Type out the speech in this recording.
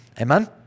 Amen